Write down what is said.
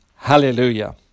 Hallelujah